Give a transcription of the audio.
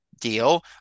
deal